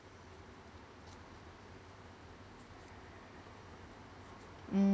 mm~